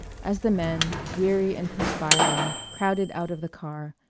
as the men, weary and perspiring, crowded out of the car,